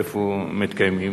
איפה הם מתקיימים?